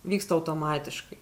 vyksta automatiškai